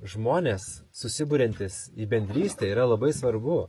žmonės susiburiantys į bendrystę yra labai svarbu